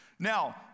Now